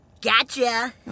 gotcha